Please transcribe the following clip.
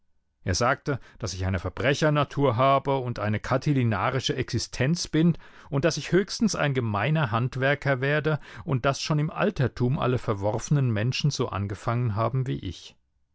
er sagte daß ich eine verbrechernatur habe und eine katilinarische existenz bin und daß ich höchstens ein gemeiner handwerker werde und daß schon im altertum alle verworfenen menschen so angefangen haben wie ich